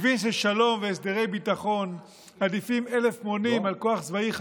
הבין ששלום והסדרי ביטחון עדיפים אלף מונים על כוח צבאי,